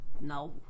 No